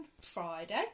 Friday